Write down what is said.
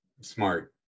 smart